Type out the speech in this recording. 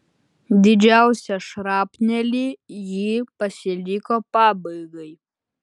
didžiausią šrapnelį ji pasiliko pabaigai